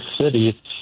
city